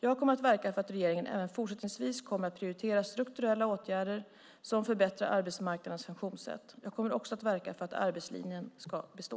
Jag kommer att verka för att regeringen även fortsättningsvis kommer att prioritera strukturella åtgärder som förbättrar arbetsmarknadens funktionssätt. Jag kommer också att verka för att arbetslinjen ska bestå.